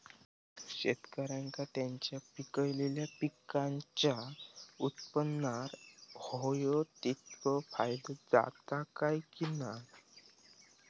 शेतकऱ्यांका त्यांचा पिकयलेल्या पीकांच्या उत्पन्नार होयो तितको फायदो जाता काय की नाय?